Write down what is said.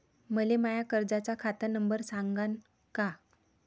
मले माया कर्जाचा खात नंबर सांगान का?